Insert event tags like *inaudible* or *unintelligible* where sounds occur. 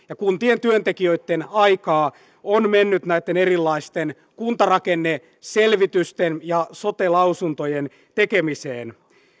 *unintelligible* ja kuntien työntekijöitten aikaa on mennyt näitten erilaisten kuntarakenneselvitysten ja sote lausuntojen tekemiseen